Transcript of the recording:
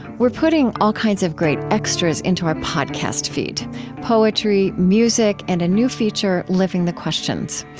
we're putting all kinds of great extras into our podcast feed poetry, music, and a new feature, living the questions.